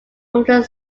forming